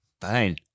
Fine